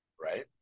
right